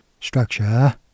structure